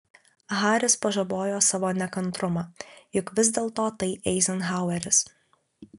haris pažabojo savo nekantrumą juk vis dėlto tai eizenhaueris